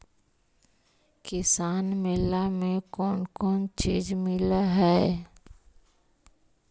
किसान मेला मे कोन कोन चिज मिलै है?